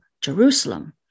Jerusalem